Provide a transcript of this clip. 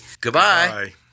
Goodbye